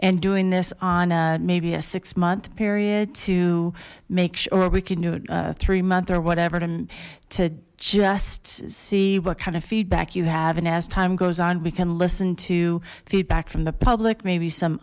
and doing this on maybe a six month period to make or we can do it three month or whatever to to just see what kind of feedback you have and as time goes on we can listen to feedback from the public maybe some